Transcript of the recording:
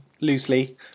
loosely